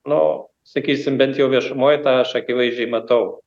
nu sakysim bent jau viešumoj tą aš akivaizdžiai matau